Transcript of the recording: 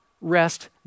rest